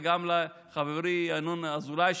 וגם לחברי ינון אזולאי,